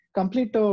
complete